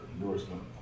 endorsement